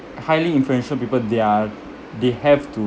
highly influential people they are they have to